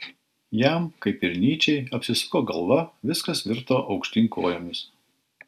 jam kaip ir nyčei apsisuko galva viskas virto aukštyn kojomis